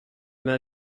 m’a